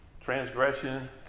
transgression